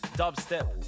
dubstep